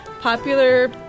Popular